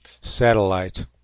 satellite